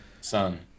son